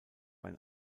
ein